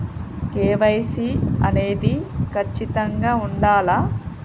KYC అనేది ఖచ్చితంగా ఉండాలా?